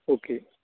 okay